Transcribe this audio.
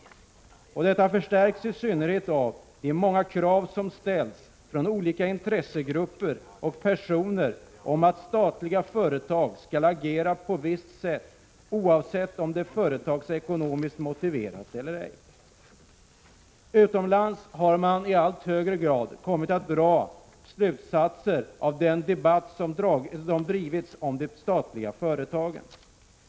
Detta skäl förstärks i synnerhet av de många krav som ställs från olika intressegrupper och personer om att statliga företag skall agera på visst sätt, oavsett om det är företagsekonomiskt motiverat eller ej. Utomlands har man i allt högre grad kommit att dra slutsatser av den debatt som drivits om de statliga företagen.